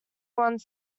one